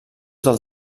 del